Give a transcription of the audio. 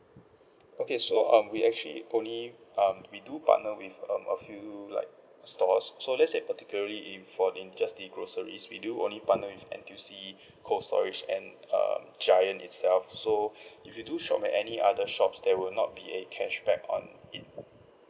okay so um we actually only um we do partner with um a few like stores so let's say particularly if for in just the groceries we do only partner with N_T_U_C cold storage and uh giant itself so if you do shop at any other shops there will not be a cashback on it